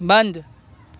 बंद